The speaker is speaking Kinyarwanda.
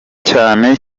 cyane